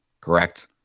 correct